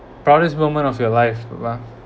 proudest moment of your life